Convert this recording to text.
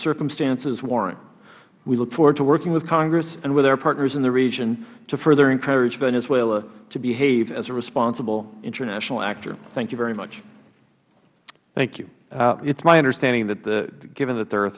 circumstances warrant we look forward to working with congress and with our partners in the region to further encourage venezuela to behave as a responsible international actor thank you very much mister chaffetz thank you it is my understanding that given that there are